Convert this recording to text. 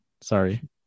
Sorry